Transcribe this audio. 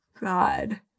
God